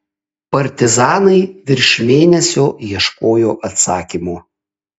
partizanai virš mėnesio ieškojo atsakymo